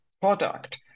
product